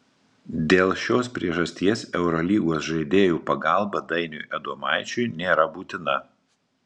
dėl šios priežasties eurolygos žaidėjų pagalba dainiui adomaičiui nėra būtina